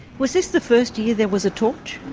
was this the first year there was a torch?